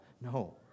no